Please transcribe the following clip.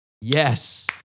Yes